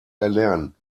erlernen